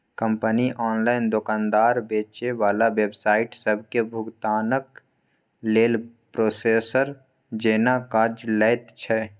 company online दोकानदार, बेचे बला वेबसाइट सबके भुगतानक लेल प्रोसेसर जेना काज लैत छै